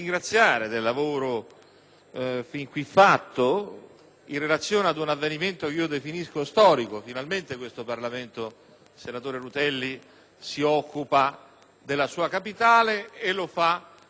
fin qui fatto in relazione ad un avvenimento che definisco storico. Finalmente questo Parlamento, senatore Rutelli, si occupa della sua capitale e lo fa con un provvedimento